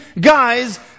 guys